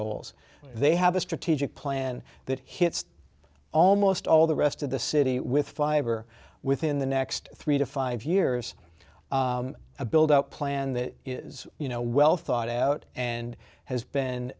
goals they have a strategic plan that hits almost all the rest of the city with fiber within the next three to five years a build out plan that is you know well thought out and has been